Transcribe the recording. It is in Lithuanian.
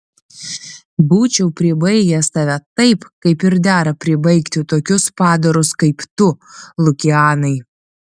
būčiau pribaigęs tave taip kaip ir dera pribaigti tokius padarus kaip tu lukianai